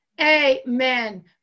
Amen